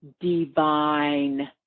divine